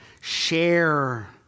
share